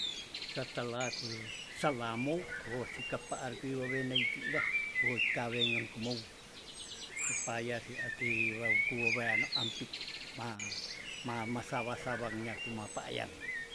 Setelahkulu salamou woh sike paar ki wewene itilah woh ika wengeng kumou supaya si eki waku weweano ampit ma- ma masawa- sawang nyaku mapayang.